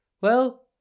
Well